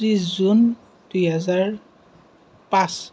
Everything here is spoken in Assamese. ত্ৰিছ জুন দুহেজাৰ পাঁচ